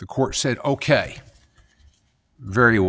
the court said ok very